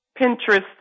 Pinterest